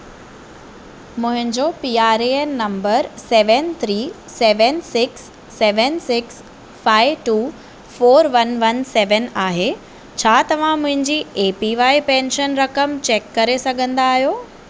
मुंहिंजो P R A N number seven three seven six seven six five two four one one seven आहे छा तव्हां मुंहिंजी APY pension रक़म check करे सघंदा आहियो